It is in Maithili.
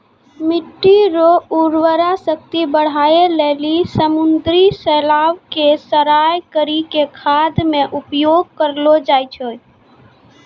मिट्टी रो उर्वरा शक्ति बढ़ाए लेली समुन्द्री शैलाव के सड़ाय करी के खाद मे उपयोग करलो जाय छै